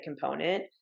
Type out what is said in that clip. component